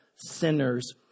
Sinners